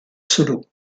solo